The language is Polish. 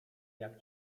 jak